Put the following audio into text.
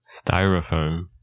Styrofoam